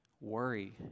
worry